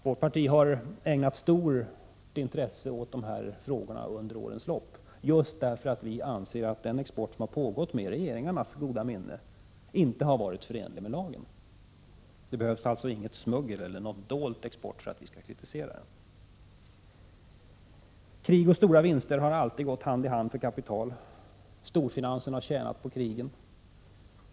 Vårt parti har ägnat stort intresse åt de här frågorna under årens lopp, just därför att vi anser att den export som har pågått med regeringarnas goda minne inte har varit förenlig med lagen. Det behövs inte något smuggel eller någon dold export för att vi skall kritisera exporten. Krig och stora vinster har alltid gått hand i hand för kapitalet. Storfinansen har tjänat på krigen.